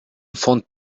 фонд